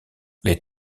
les